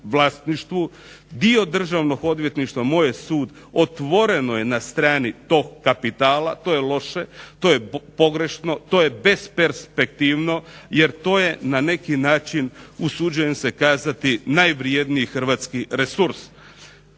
vlasništvu. Dio Državnog odvjetništva moj je sud otvoreno na strani tog kapitala, to je loše, to je pogrešno, to je besperspektivno, to je na neki način usuđujem se kazati najvrjedniji Hrvatski resurs.